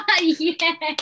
Yes